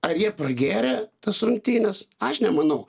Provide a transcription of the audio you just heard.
ar jie pragėrė tas rungtynes aš nemanau